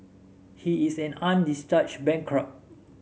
he is an undischarged bankrupt